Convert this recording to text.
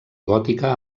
gòtica